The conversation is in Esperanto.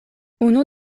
unu